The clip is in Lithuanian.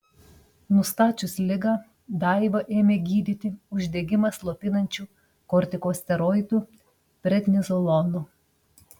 nustačius ligą daivą ėmė gydyti uždegimą slopinančiu kortikosteroidu prednizolonu